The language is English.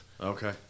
Okay